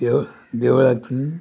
देव देवळाची